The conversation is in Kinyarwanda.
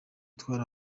twari